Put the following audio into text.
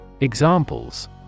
Examples